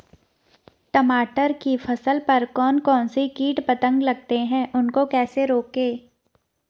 टमाटर की फसल पर कौन कौन से कीट पतंग लगते हैं उनको कैसे रोकें?